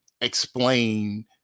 explain